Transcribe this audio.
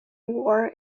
war